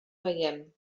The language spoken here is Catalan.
veiem